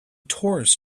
torus